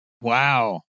Wow